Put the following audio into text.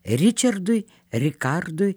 ričardui rikardui